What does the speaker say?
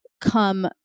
come